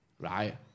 right